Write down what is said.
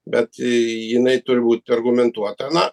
bet jinai turbūt argumentuota na